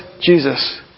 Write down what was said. Jesus